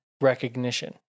recognition